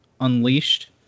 Unleashed